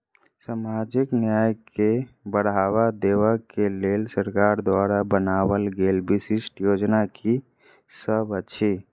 सामाजिक न्याय केँ बढ़ाबा देबा केँ लेल सरकार द्वारा बनावल गेल विशिष्ट योजना की सब अछि?